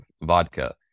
vodka